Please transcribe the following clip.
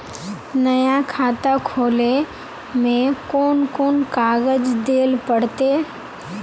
नया खाता खोले में कौन कौन कागज देल पड़ते?